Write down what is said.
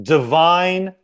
Divine